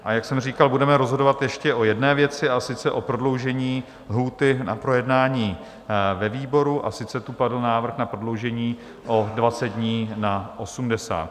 A jak jsem říkal, budeme rozhodovat ještě o jedné věci, a sice o prodloužení lhůty na projednání ve výboru, a sice tu padl návrh na prodloužení o 20 dní na 80.